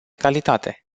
calitate